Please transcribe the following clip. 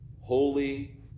holy